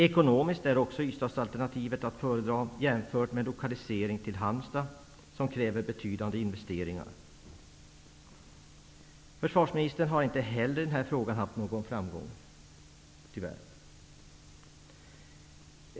Ekonomiskt är Ystadsalternativet att föredra jämfört med en lokalisering till Halmstad, som i sin tur kräver betydande investeringar. Försvarsministern har inte heller i den här frågan haft någon framgång -- tyvärr.